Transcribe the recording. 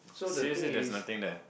seriously there's nothing there